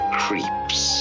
creeps